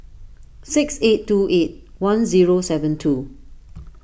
six eight two eight one zero seven two